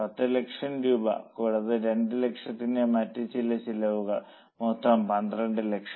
10 ലക്ഷം രൂപ കൂടാതെ 2 ലക്ഷത്തിന്റെ മറ്റ് ചില ചെലവുകൾ മൊത്തം 12 ലക്ഷം